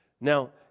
Now